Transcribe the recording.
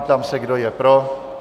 Ptám se, kdo je pro.